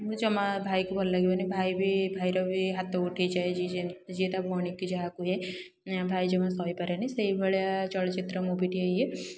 ମୁଁ ଜମା ଭାଇକୁ ଭଲ ଲାଗିବନି ଭାଇ ବି ଭାଇର ବି ହାତ ଉଠିଯାଏ ଯିଏ ଯିଏ ତା' ଭଉଣୀ କି ଯାହା କୁହେ ଭାଇ ଜମା ସାହିପାରେନି ସେହିଭଳିଆ ଚଳଚ୍ଚିତ୍ର ମୁଭିଟିଏ ଇଏ